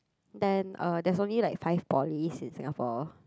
then uh there's only like five polys in Singapore